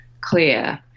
clear